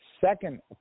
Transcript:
second